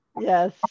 yes